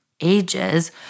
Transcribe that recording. ages